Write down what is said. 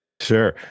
Sure